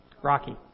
Rocky